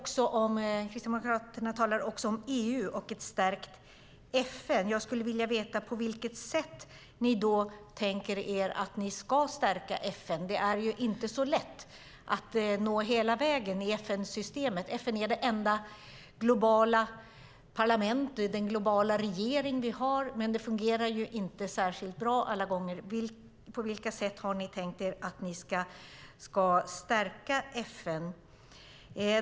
Kristdemokraterna talar också om EU och ett stärkt FN. Jag skulle vilja veta på vilket sätt de tänker stärka FN. Det är ju inte så lätt att nå hela vägen fram i FN-systemet. FN är det enda globala parlamentet, den enda globala regering vi har, men det fungerar inte särskilt bra alla gånger. På vilket sätt har ni tänkt er att stärka FN, Robert Halef?